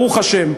ברוך השם,